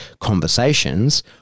conversations